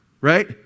right